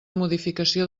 modificació